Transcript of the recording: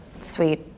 sweet